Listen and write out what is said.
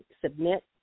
Submit